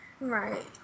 Right